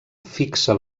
fixa